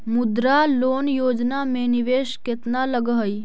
मुद्रा लोन योजना में निवेश केतना लग हइ?